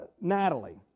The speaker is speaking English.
Natalie